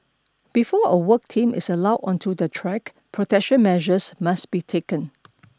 before a work team is allowed onto the track protection measures must be taken